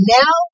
now